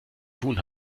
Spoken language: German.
tun